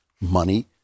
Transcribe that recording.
money